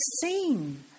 seen